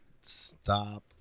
stop